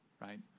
right